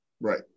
Right